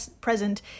present